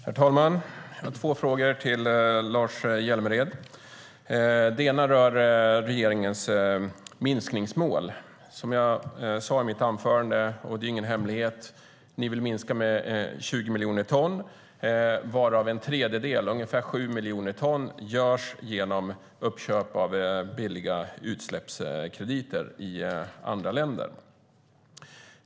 Herr talman! Jag har två frågor till Lars Hjälmered. Den ena rör regeringens minskningsmål. Som jag sade i mitt anförande, och det är ingen hemlighet, så vill ni minska med 20 miljoner ton varav en tredjedel, det vill säga ungefär 7 miljoner ton, görs genom uppköp av billiga utsläppskrediter i andra länder.